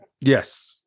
Yes